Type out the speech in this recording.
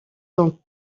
sont